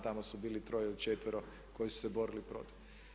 Tamo su bili troje ili četvero koji su se borili protiv.